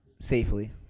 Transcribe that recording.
safely